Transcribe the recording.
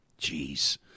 Jeez